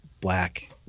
black